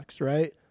right